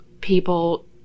people